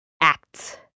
acts